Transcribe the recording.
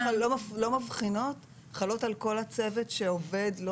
התקנות חלות על כל הצוות שעובד.